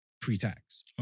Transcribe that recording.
pre-tax